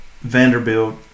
Vanderbilt